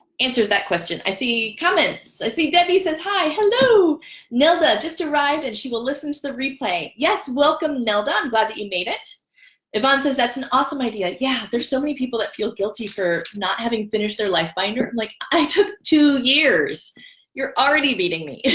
answers that question i see comments i see debbie says hi hello nelda just arrived and she listen to the replay yes. welcome nelda. i'm glad that you made it ivan says that's an awesome idea yeah there's so many people that feel guilty for not having finished their life by and like i took two years you're already beating me